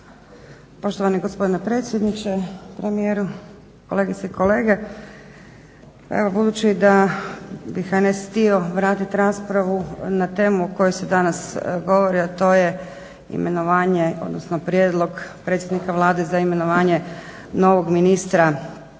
Poštovani gospodine predsjedniče, premijeru, kolegice i kolege. Pa evo budući da bi HNS htio vratiti raspravu na temu o kojoj se danas govori, a to je imenovanje, odnosno prijedlog predstojnika Vlade za imenovanje novog ministra zaštite